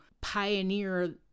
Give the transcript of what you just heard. pioneer